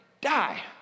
die